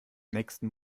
nächsten